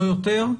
לא יותר?